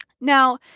Now